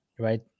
Right